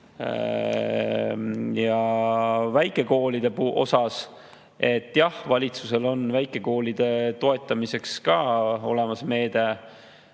Ja väikekoolide kohta – jah, valitsusel on väikekoolide toetamiseks olemas meede.